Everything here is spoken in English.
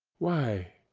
why!